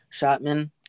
Shotman